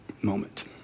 moment